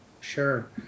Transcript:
sure